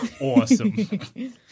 awesome